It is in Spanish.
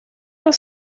los